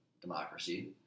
democracy